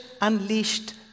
unleashed